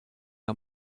our